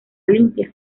limpia